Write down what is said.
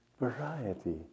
variety